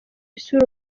isura